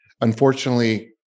Unfortunately